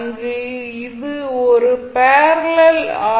இங்கு இது ஒரு பேரலல் ஆர்